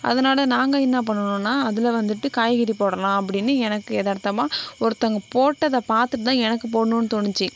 அதனால நாங்கள் என்ன பண்ணுனோன்னா அதில் வந்துவிட்டு காய்கறி போடலாம் அப்படின்னு எனக்கு எதார்த்தமாக ஒருத்தவங்க போட்டதை பாத்துட்டு தான் எனக்கு போட்ணுன்னு தோணுச்சு